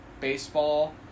baseball